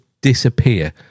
disappear